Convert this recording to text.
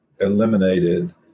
eliminated